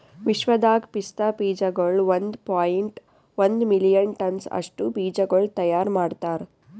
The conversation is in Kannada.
ವಿಶ್ವದಾಗ್ ಪಿಸ್ತಾ ಬೀಜಗೊಳ್ ಒಂದ್ ಪಾಯಿಂಟ್ ಒಂದ್ ಮಿಲಿಯನ್ ಟನ್ಸ್ ಅಷ್ಟು ಬೀಜಗೊಳ್ ತೈಯಾರ್ ಮಾಡ್ತಾರ್